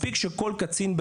מספיק שכל קצין,